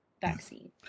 vaccine